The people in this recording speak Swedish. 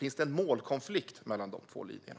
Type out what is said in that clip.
Finns det en målkonflikt mellan de två linjerna?